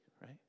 right